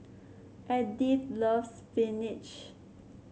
Edythe loves spinach